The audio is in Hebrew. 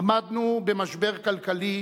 עמדנו במשבר כלכלי